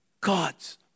God's